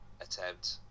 attempt